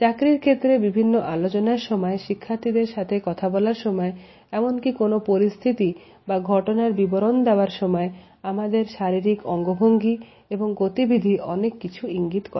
চাকরির ক্ষেত্রে বিভিন্ন আলোচনার সময় শিক্ষার্থীদের সাথে কথা বলার সময় এমনকি কোন পরিস্থিতি বা ঘটনার বিবরণ দেওয়ার সময় আমাদের শারীরিক অঙ্গভঙ্গি এবং গতিবিধি অনেক কিছু ইঙ্গিত করে